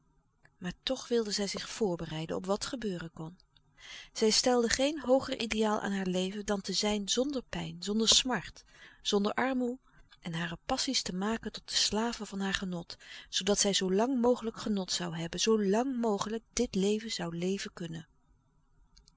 maar toch wilde zij zich voorbereiden op wat gebeuren kon zij stelde geen hooger ideaal aan haar leven dan te zijn zonder pijn louis couperus de stille kracht zonder smart zonder armoê en hare passie's te maken tot de slaven van haar genot zoodat zij zoo lang mogelijk genot zoû hebben zoo lang mogelijk dit leven zoû leven kunnen